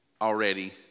already